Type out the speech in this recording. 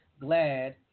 glad